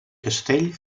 castell